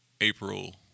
April